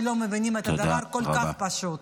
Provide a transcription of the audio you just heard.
שלא מבינים דבר כל כך פשוט.